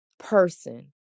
person